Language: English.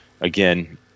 again